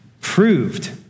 proved